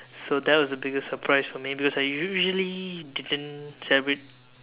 so that was the biggest surprise for me because I usually didn't celebrate